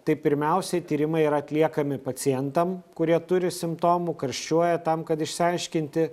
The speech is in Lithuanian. tai pirmiausiai tyrimai atliekami pacientam kurie turi simptomų karščiuoja tam kad išsiaiškinti